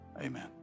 Amen